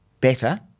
better